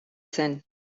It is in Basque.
zen